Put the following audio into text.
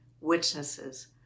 witnesses